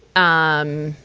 um,